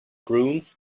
bruins